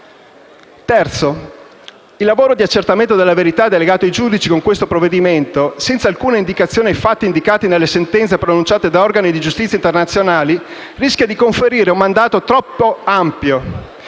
luogo, il lavoro di accertamento della verità delegato ai giudici con il presente provvedimento, senza nessuna indicazione circa i fatti indicati nelle sentenze pronunciate da organi di giustizia internazionali, rischia di conferire un mandato troppo ampio,